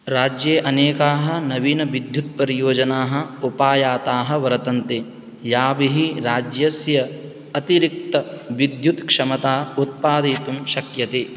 राज्ये अनेकाः नवीनविद्युत्परियोजनाः उपायाताः वर्तन्ते याभिः राज्यस्य अतिरिक्तविद्युत्क्षमता उत्पादयितुं शक्यते